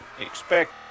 expect